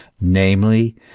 namely